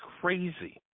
crazy